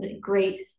great